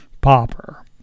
Popper